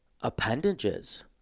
appendages